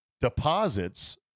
deposits